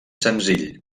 senzill